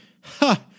Ha